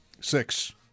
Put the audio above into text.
Six